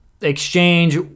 exchange